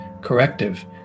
corrective